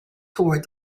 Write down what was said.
toward